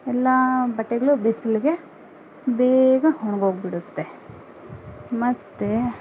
ಎಲ್ಲ ಬಟ್ಟೆಗಳು ಬಿಸಿಲಿಗೆ ಬೇಗ ಒಣಗೋಗ್ಬಿಡುತ್ತೆ ಮತ್ತೆ